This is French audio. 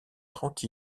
trente